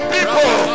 People